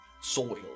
soil